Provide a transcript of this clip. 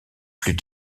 plus